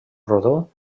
rodó